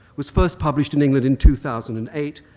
was first published in england in two thousand and eight,